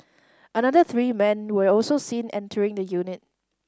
another three men were also seen entering the unit